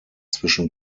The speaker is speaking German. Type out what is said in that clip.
zwischen